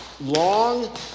long